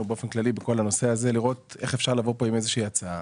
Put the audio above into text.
באופן כללי בכל הנושא הזה לראות איך אפשר לבוא פה עם איזה שהיא הצעה.